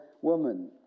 woman